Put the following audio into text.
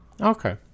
Okay